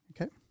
Okay